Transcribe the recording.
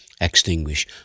extinguish